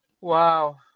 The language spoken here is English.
Wow